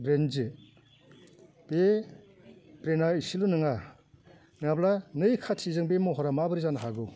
ब्रेनदि बे ब्रेना एसेल' नङा नङाब्ला नै खाथिजों बे महरा माबोरै जानो हागौ